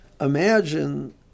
imagine